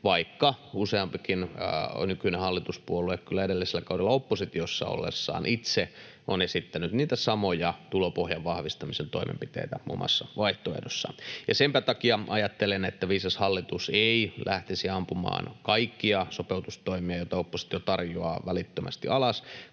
vaikka useampikin nykyinen hallituspuolue kyllä edellisellä kaudella oppositiossa ollessaan itse on esittänyt niitä samoja tulopohjan vahvistamisen toimenpiteitä omassa vaihtoehdossaan. Senpä takia ajattelen, että viisas hallitus ei lähtisi ampumaan kaikkia sopeutustoimia, joita oppositio tarjoaa, välittömästi alas,